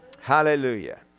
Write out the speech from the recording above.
Hallelujah